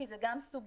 כי זה גם סוגיה.